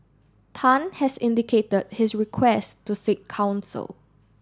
Tan has indicated his request to seek counsel